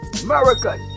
America